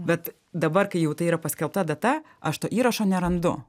bet dabar kai jau tai yra paskelbta data aš to įrašo nerandu